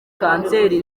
kanseri